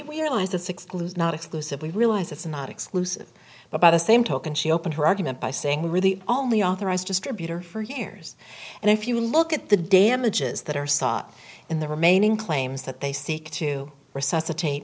clues not exclusively realize it's not exclusive but by the same token she opened her argument by saying we were the only authorized distributor for years and if you look at the damages that are sought in the remaining claims that they seek to resuscitate